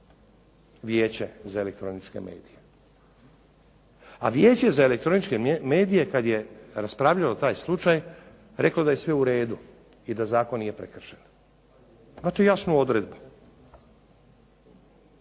Vijeće za elektroničke medije. A Vijeće za elektroničke medije kada je raspravljalo taj slučaj reklo je da je sve u redu i da zakon nije prekršen, imate jasnu odredbu.